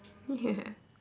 ya